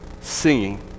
singing